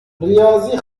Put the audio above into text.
ریاضی